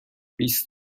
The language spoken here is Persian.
بیست